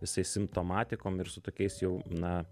visais simptomatikom ir su tokiais jau na